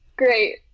great